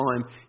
time